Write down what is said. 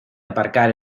aparcar